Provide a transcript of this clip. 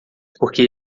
porque